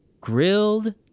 grilled